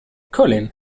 colin